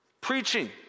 preaching